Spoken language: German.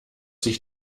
sich